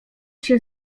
się